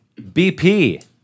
BP